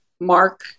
Mark